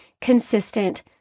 consistent